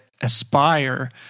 Aspire